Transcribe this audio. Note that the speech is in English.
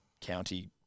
county